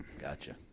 gotcha